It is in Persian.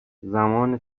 زمان